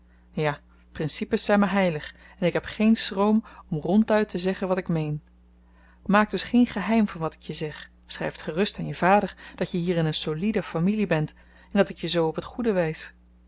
ja principes zyn me heilig en ik heb geen schroom om ronduit te zeggen wat ik meen maak dus geen geheim van wat ik je zeg schryf t gerust aan je vader dat je hier in een soliede familie bent en dat ik je zoo op t goede wys